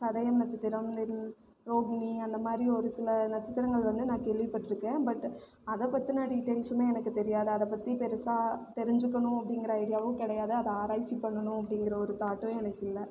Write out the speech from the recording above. சதயம் நட்சத்திரம் ரோகிணி அந்தமாதிரி ஒருசில நட்சத்திரங்கள் வந்து நான் கேள்விப்பட்டிருக்கேன் பட் அதைப் பற்றின டீடைல்ஸுமே எனக்குத் தெரியாது அதைப் பற்றிப் பெருசாக தெரிஞ்சுக்கணும் அப்படிங்கிற ஐடியாவும் கிடையாது அதை ஆராய்ச்சி பண்ணணும் அப்படிங்கிற ஒரு தாட்டும் எனக்கு இல்லை